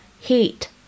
heat